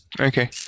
Okay